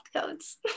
codes